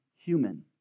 human